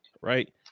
right